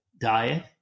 diet